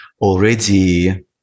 already